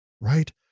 right